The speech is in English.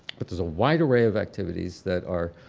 but there's a wide array of activities that are,